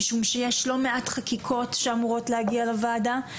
משום שיש לא מעט חקיקות שאמורות להגיע לוועדה,